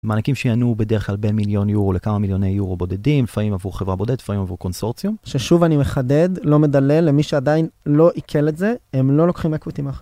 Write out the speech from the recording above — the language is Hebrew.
מעניקים שינועו בדרך כלל בין מיליון יורו לכמה מיליוני יורו בודדים, לפעמים עבור חברה בודדת, לפעמים עבור קונסורציום. - ששוב אני מחדד, לא מדלל, למי שעדיין לא עיכל את זה, הם לא לוקחים אקוויטי מאחרים.